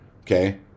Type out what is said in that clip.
Okay